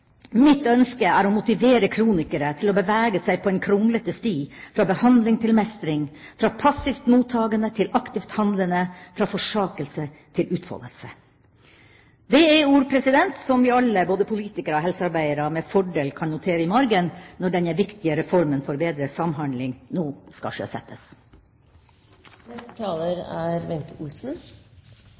ønske er å motivere kronikere til å bevege seg på en kronglete sti fra behandling til mestring, fra passivt mottagende til aktivt handlende, fra forsakelse til utfoldelse.» Det er ord som vi alle, både politikere og helsearbeidere, med fordel kan notere i margen når denne viktige reformen for bedre samhandling nå skal sjøsettes. I motsetning til flere talere før meg er